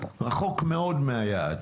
רחוק מאוד מהיעד.